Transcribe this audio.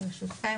ברשותכם,